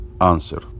Answer